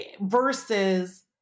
versus